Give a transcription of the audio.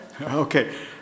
Okay